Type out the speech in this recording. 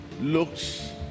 looks